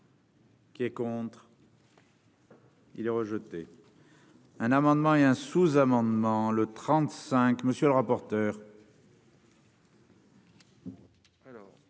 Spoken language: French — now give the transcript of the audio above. Qui est contre, il est rejeté. Un amendement et un sous-amendement le 35, monsieur le rapporteur.